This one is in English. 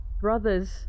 brother's